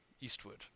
eastward